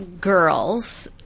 girls